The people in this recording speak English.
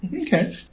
Okay